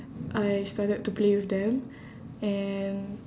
I started to play with them and